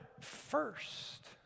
first